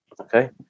okay